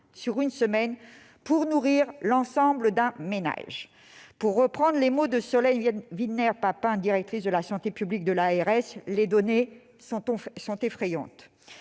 sur une semaine pour nourrir l'ensemble d'un ménage. Pour reprendre les mots de Solène Wiedner-Papin, directrice de la santé publique de l'ARS :« Les données sont effrayantes.